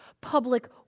public